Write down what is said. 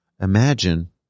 Imagine